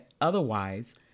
Otherwise